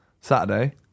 Saturday